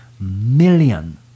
million